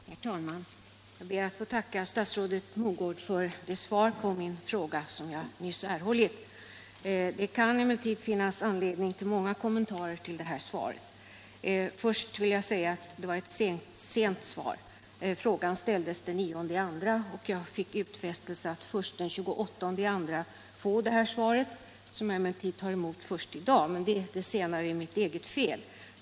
Herr talman! Jag ber att få tacka statsrådet Mogård för det svar på min fråga som jag nyss erhållit. Det kan emellertid finnas anledning till många kommentarer till svaret. Det var ett sent svar. Frågan ställdes den 9 februari, och jag fick först utfästelse att den 28 februari få svaret, som jag emellertid först i dag tar emot. Det senare är mitt eget fel.